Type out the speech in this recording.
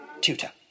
Tutor